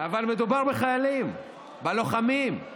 אבל מדובר בחיילים, בלוחמים.